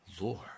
Lord